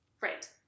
right